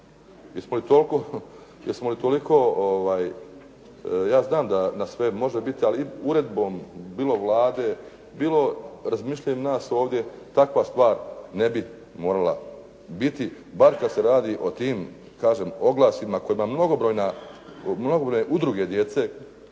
Jesmo li toliko, ja znam da na sve može biti, ali uredbom, bilo Vlade, bilo razmišljanju nas ovdje takva stvar ne bi morala biti, bar kada se radi o tim, kažem oglasima, kojima mnogobrojne udruge djece